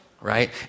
right